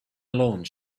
alone